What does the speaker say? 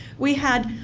we had,